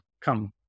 come